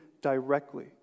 directly